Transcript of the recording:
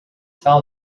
tell